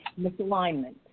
misalignment